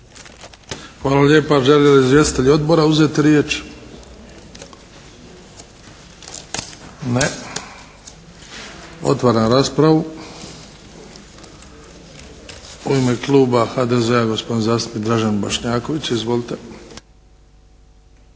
vam lijepa. Žele li izvjestitelji odbora uzeti riječ? Ne. Otvaram raspravu. U ime kluba HDZ-a gospodin zastupnik Dražen Bošnjaković. Izvolite.